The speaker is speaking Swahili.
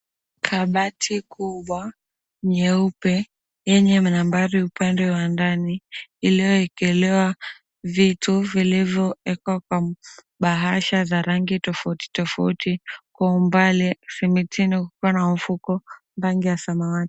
Kabati kubwa nyeupe lenye nabari upande wa ndani iliyoekelewa vitu vilivyo wekwa kwenye bahasha zenye rangi tofauti tofauti kwa umbali zimetengwa zikiwa na mfuko rangi ya samawati